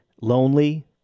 Lonely